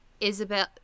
Isabel